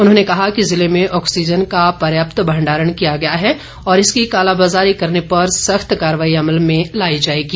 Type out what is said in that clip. उन्होंने कहा कि जिले में ऑक्सीजन का पर्याप्त भण्डारण किया गया है और इसकी कालाबाज़ारी करने पर सख्त कार्रवाई अमल में लाई जाएगी